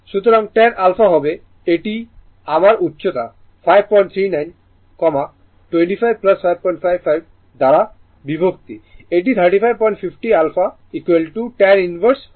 সুতরাং tan alpha হবে এটি আমার উচ্চতা 539 25 55 দ্বারা বিভক্ত এটি 3550 আলফা tan ইনভার্স হবে